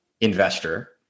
investor